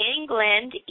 England